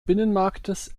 binnenmarktes